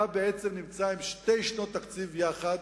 בעצם אתה עם שתי שנות תקציב יחד.